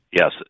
Yes